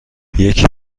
یکی